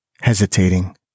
Hesitating